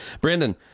Brandon